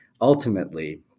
ultimately